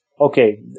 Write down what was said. Okay